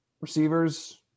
receivers